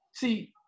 See